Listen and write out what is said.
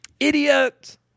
idiot